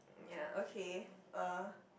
ya okay uh